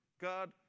God